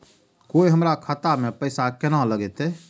कोय हमरा खाता में पैसा केना लगते?